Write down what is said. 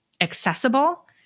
accessible